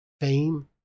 fame